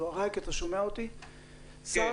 כן, אבל ראיק, גם כאן יש פערים מאוד גדולים.